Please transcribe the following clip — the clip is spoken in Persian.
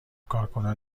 کارکنان